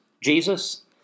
Jesus